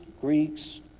Greeks